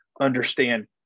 understand